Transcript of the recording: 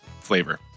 flavor